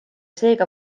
seega